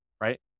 right